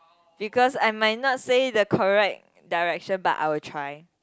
because I might not say the correct direction but I will try